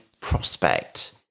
prospect